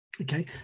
Okay